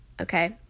okay